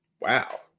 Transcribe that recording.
wow